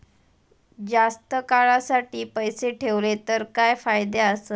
जास्त काळासाठी पैसे ठेवले तर काय फायदे आसत?